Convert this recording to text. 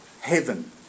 heaven